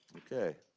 ok.